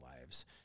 lives